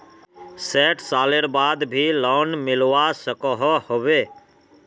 सैट सालेर बाद भी लोन मिलवा सकोहो होबे?